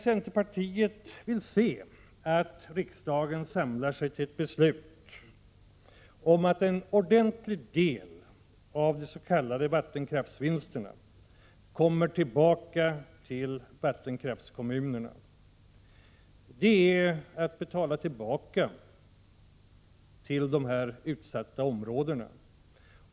Centerpartiet vill se att riksdagen samlar sig till ett beslut om att en ordentlig del av de s.k. vattenkraftsvinsterna skall gå tillbaka till vattenkraftskommunerna. Det är att betala tillbaka till dessa utsatta områden.